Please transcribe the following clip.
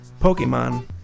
Pokemon